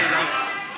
צריך להביא לו את המוצץ,